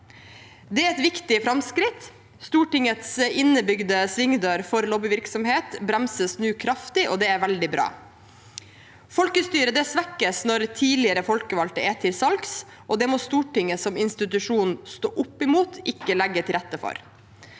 Det er et viktig framskritt. Stortingets innebygde svingdør for lobbyvirksomhet bremses nå kraftig, og det er veldig bra. Folkestyret svekkes når tidligere folkevalgte er til salgs, og det må Stortinget som institusjon stå opp mot, ikke legge til rette for.